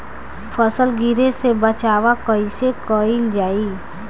फसल गिरे से बचावा कैईसे कईल जाई?